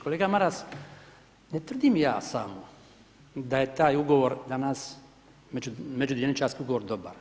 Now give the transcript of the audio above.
Kolega Maras, ne tvrdim ja sam, da je taj ugovor, danas međudioničarski ugovor dobar.